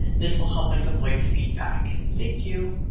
this will help avoid feedback. thank you.